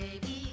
Baby